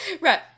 Right